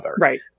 Right